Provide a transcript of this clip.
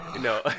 no